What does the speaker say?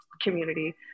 community